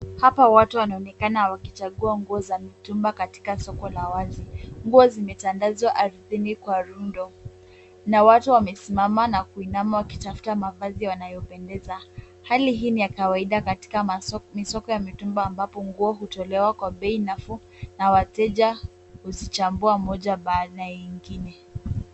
Hapa watu wanaonekana wakichagua nguo za mitumba katika soko la wazi. Nguo zimetandazwa ardhini kwa rundo na watu wamesimama na kuinama wakitafuta mavazi yanayopendeza. Hali hii ni ya kawaida katika masoko. Ni soko ya mitumba ambapo nguo hutolewa kwa bei nafuu na wateja kuzichambua moja baada ya ingine.